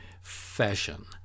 fashion